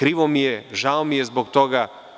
Krivo mi je, žao mi je zbog toga.